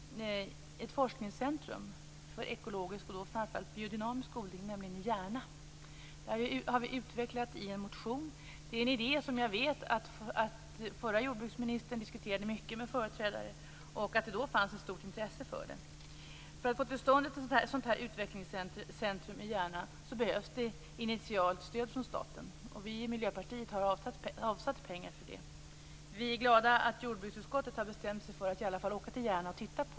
Jag vet att den förra jordbruksministern diskuterade detta mycket med berörda företrädare och att det då fanns ett stort intresse för det. För att få till stånd ett sådant här forskningscentrum i Järna behövs det ett initialt stöd från staten, och vi vill från Miljöpartiet att det avsätts pengar till det.